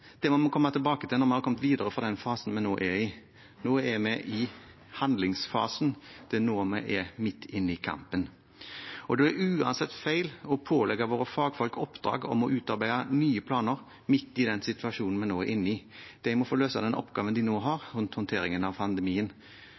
må vi komme tilbake til når vi har kommet videre fra den fasen vi nå er i. Nå er vi i handlingsfasen, det er nå vi er midt inne i kampen. Det er uansett feil å pålegge våre fagfolk oppdrag om å utarbeide nye planer midt i den situasjonen vi nå er inne i. De må få løse den oppgaven de nå har med håndteringen av pandemien.